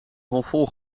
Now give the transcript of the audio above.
halfvol